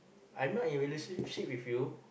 I am not in relationship with you